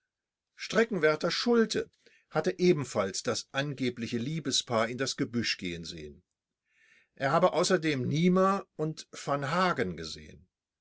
streckenwärter schulte hatte ebenfalls das angebliche liebespaar in das gebüsch gehen sehen er habe außerdem niemer und v hagen gesehen